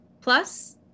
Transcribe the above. Plus